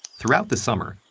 throughout the summer,